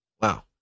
Wow